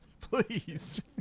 Please